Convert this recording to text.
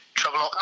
trouble